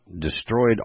destroyed